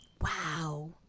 wow